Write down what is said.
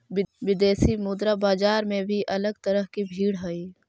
विदेशी मुद्रा बाजार में भी अलग तरह की भीड़ हई